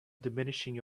diminishing